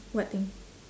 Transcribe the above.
what thing